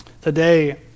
Today